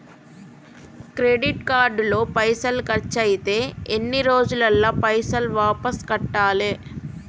Credit card లో పైసల్ ఖర్చయితే ఎన్ని రోజులల్ల పైసల్ వాపస్ కట్టాలే?